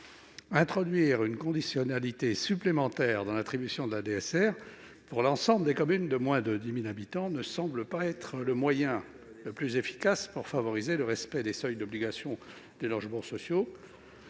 Introduire une conditionnalité supplémentaire dans l'attribution de la DSR pour l'ensemble des communes de moins de 10 000 habitants ne semble pas être le moyen le plus efficace pour favoriser le respect des seuils d'obligations de logements sociaux.